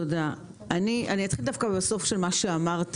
אני אתחיל דווקא מהסוף של דבריך,